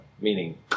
meaning